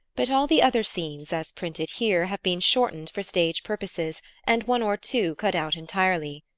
but all the other scenes as printed here have been shortened for stage purposes and one or two cut out entirely.